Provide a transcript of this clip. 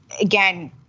again